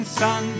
sun